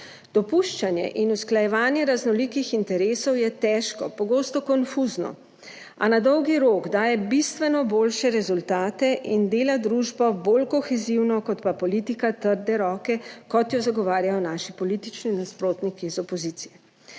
Dopuščanje in usklajevanje raznolikih interesov je težko, pogosto konfuzno, a na dolgi rok daje bistveno boljše rezultate in dela družbo bolj kohezivno kot pa politika trde roke, kot jo zagovarjajo naši politični nasprotniki iz opozicije.